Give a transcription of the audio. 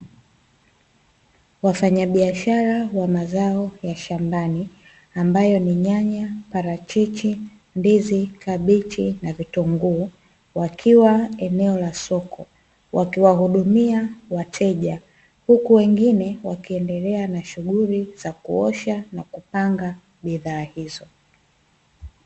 Wafanyabiashara wa mazao ya shambani ambayo ni: nyanya, parachichi, ndizi, kabichi na vitunguu; wakiwa eneo la soko wakiwahudumia wateja. Huku wengine wakiendelea na shughuli za kuosha na kupanga bidhaa hizo.